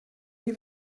die